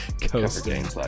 Coasting